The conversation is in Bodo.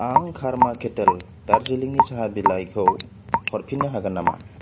आं कार्मा केतेल दारजिलिंनि साहा बिलाइखौ हरफिन्नो हागोन नामा